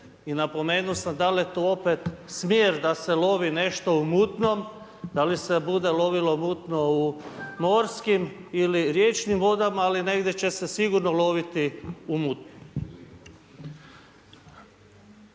i napomenuo sam da li je tu opet smjer da se lovi nešto u mutnom, da li se bude lovilo mutno u morskim ili riječnim vodama, ali negdje će se sigurno loviti u mutnom.